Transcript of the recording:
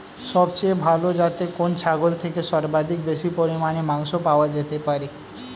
সবচেয়ে ভালো যাতে কোন ছাগল থেকে সর্বাধিক বেশি পরিমাণে মাংস পাওয়া যেতে পারে?